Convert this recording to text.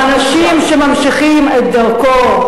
האנשים שממשיכים את דרכו,